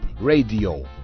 Radio